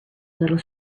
little